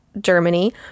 Germany